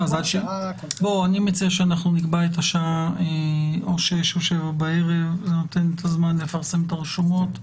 אני מציע שנקבע את השעה 18:00 או 19:00. זה נותן את הזמן לפרסם את הרשומות.